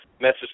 message